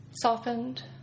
softened